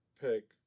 pick